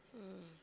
mm